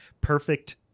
perfect